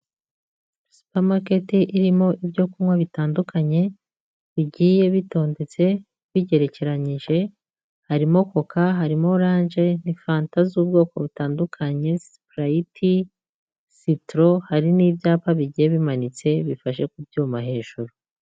Supermarket irimo ibyo kunywa bitandukanye, bigiye bitondetse bigerekeranyije, harimo koka, harimo oranje, ni fanta z'ubwoko butandukanye, siparayiti, sitoro, hari n'ibyapa bigiye bimanitse bifashe ku byuma hejuru.